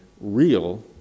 real